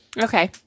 Okay